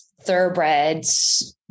thoroughbreds